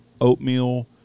oatmeal